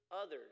others